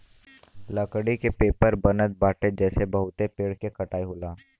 लकड़ी के पेपर बनत बाटे जेसे बहुते पेड़ के कटाई होला